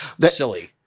Silly